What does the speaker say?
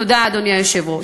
תודה, אדוני היושב-ראש.